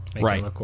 Right